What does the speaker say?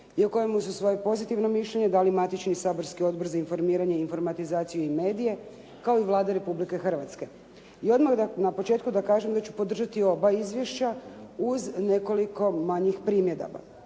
i o kojemu su svoje pozitivno mišljenje dali matični saborski Odbor za informiranje, informatizaciju i medije, kao i Vlada Republike Hrvatske. I odmah na početku da kažem da ću podržati oba izvješća uz nekoliko manjih primjedaba.